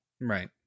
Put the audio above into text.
Right